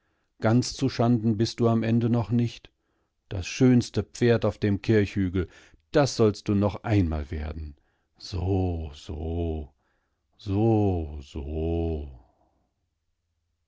ganz zuschanden bist du am ende noch nicht das schönste pferd auf dem kirchhügel dassollstdunocheinmalwerden so so so so